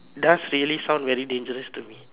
does really sound very dangerous to me